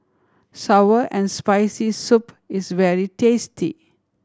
sour and Spicy Soup is very tasty